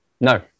No